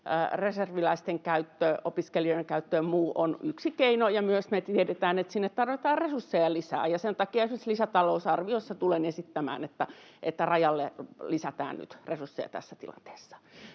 reserviläisten käyttö, opiskelijoiden käyttö ja muu ovat yksi keino, ja me myös tiedetään, että sinne tarvitaan resursseja lisää, ja sen takia esimerkiksi lisätalousarviossa tulen esittämään, että rajalle lisätään nyt resursseja tässä tilanteessa.